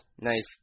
nice